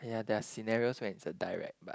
ya there are scenarios when it's a direct but